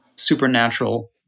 Supernatural